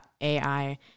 AI